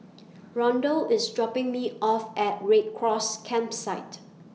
Rondal IS dropping Me off At Red Cross Campsite